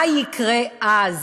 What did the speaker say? מה יקרה אז